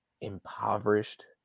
impoverished